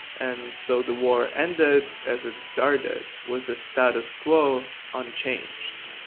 and so the war ended as it started with the status quo unchanged.